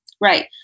Right